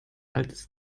altes